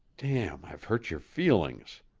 damn! i've hurt your feelings.